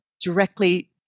directly